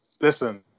listen